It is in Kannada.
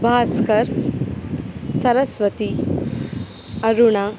ಭಾಸ್ಕರ್ ಸರಸ್ವತಿ ಅರುಣಾ